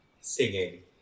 Singing